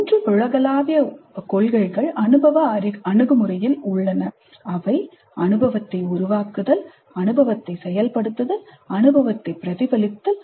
மூன்று உலகளாவிய கொள்கைகள் அனுபவ அணுகுமுறையில் உள்ளன அவை அனுபவத்தை உருவாக்குதல் அனுபவத்தை செயல்படுத்துதல் அனுபவத்தை பிரதிபலித்தல்